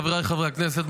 חבריי חברי הכנסת,